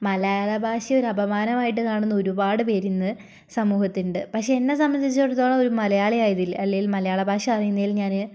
മലയാള ഭാഷയെ ഒരപമാനമായിട്ട് കാണുന്ന ഒരുപാട് പേര് ഇന്ന് സമൂഹത്തുണ്ട് പക്ഷേ എന്നെ സംബന്ധിച്ചെടത്തോളം ഒരു മലയാളി ആയതിൽ അല്ലെങ്കിൽ മലയാള ഭാഷ അറിയുന്നതിൽ ഞാൻ